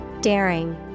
daring